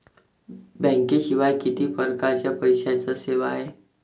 बँकेशिवाय किती परकारच्या पैशांच्या सेवा हाय?